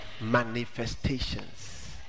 Manifestations